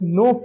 no